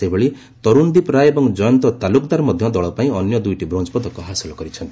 ସେହିଭଳି ତରୁନ୍ଦୀପ୍ ରାୟ ଏବଂ ଜୟନ୍ତ ତାଲୁକ୍ଦାର ମଧ୍ୟ ଦଳପାଇଁ ଅନ୍ୟ ଦ୍ରୁଇଟି ବ୍ରାଞ୍ ପଦକ ହାସଲ କରିଛନ୍ତି